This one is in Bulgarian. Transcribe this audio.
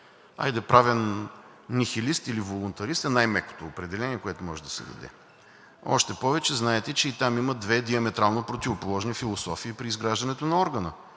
хайде, правен нихилист или волунтарист е най-мекото определение, което може да се даде. Още повече, знаете, че и там има две диаметрално противоположни философии при изграждането на органа.